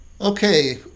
Okay